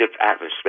atmosphere